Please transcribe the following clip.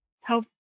help